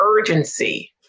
urgency